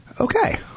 Okay